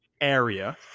area